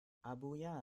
abuja